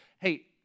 hey